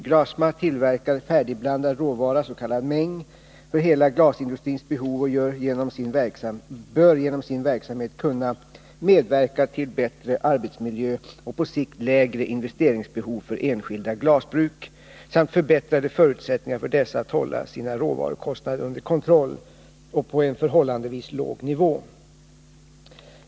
Glasma tillverkar färdigblandad råvara, s.k. mäng, för hela glasindustrins behov och bör genom sin verksamhet kunna medverka till bättre arbetsmiljö och på sikt lägre investeringsbehov för enskilda glasbruk samt förbättrade förutsättningar för dessa att hålla sina råvarukostnader under kontroll och på en förhållandevis låg nivå.